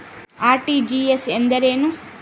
RTGS ಎಂದರೇನು?